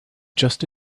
just